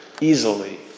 easily